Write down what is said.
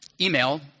email